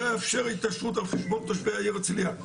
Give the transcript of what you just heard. לא אאפשר התעשרות על חשבון תושבי העיר הרצליה.